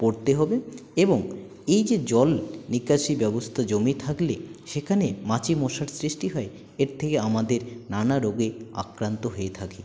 পড়তে হবে এবং এই যে জল নিকাশি ব্যবস্থা জমে থাকলে সেখানে মাছি মশার সৃষ্টি হয় এর থেকে আমাদের নানা রোগে আক্রান্ত হয়ে থাকি